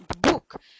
book